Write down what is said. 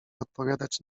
odpowiadać